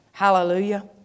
Hallelujah